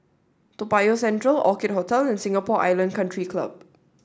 Toa Payoh Central Orchid Hotel and Singapore Island Country Club